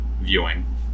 viewing